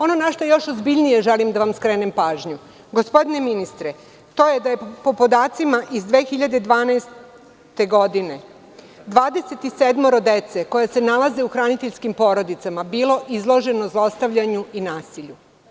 Ono na šta još ozbiljnije želim da vam skrenem pažnju, gospodine ministre, to je da je, po podacima iz 2012. godine, 27 dece koja se nalaze u hraniteljskim porodicama bilo izloženo zlostavljanju i nasilju.